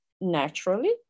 naturally